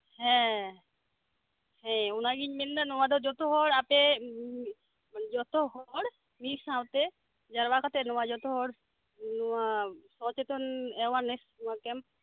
ᱦᱮᱸ ᱦᱮᱸ ᱚᱱᱟᱜᱤᱧ ᱢᱮᱱᱮᱫᱟ ᱱᱚᱣᱟᱫᱚ ᱡᱚᱛᱚᱦᱚᱲ ᱟᱯᱮ ᱢᱟᱱᱮ ᱡᱚᱛᱚᱦᱚᱲ ᱢᱤᱫᱥᱟᱶᱛᱮ ᱡᱟᱨᱣᱟ ᱠᱟᱛᱮᱜ ᱱᱚᱣᱟ ᱡᱚᱛᱚᱦᱚᱲ ᱱᱚᱣᱟ ᱥᱚᱪᱮᱛᱚᱱ ᱮᱣᱟᱨᱱᱮᱥ ᱠᱮᱢ